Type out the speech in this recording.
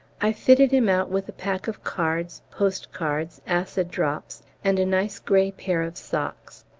i fitted him out with a pack of cards, post-cards, acid drops, and a nice grey pair of socks.